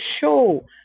show